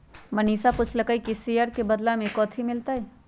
मनीषा पूछलई कि ई शेयर के बदला मे कथी मिलतई